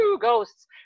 ghosts